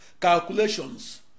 calculations